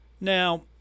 Now